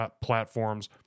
platforms